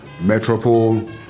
Metropole